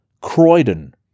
Croydon